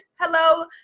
Hello